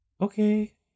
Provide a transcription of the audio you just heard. Okay